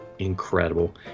incredible